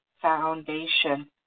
foundation